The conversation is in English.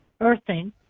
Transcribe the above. earthing